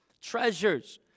treasures